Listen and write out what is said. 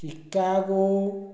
Chicago